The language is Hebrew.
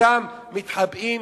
אותם "מתחבאים",